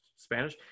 spanish